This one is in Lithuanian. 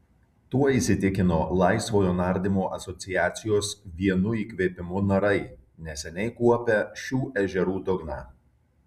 tuo įsitikino laisvojo nardymo asociacijos vienu įkvėpimu narai neseniai kuopę šių ežerų dugną